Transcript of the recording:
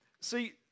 See